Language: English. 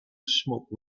smoke